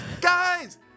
guys